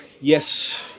Yes